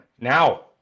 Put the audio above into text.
Now